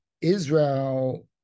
Israel